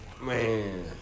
man